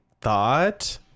thought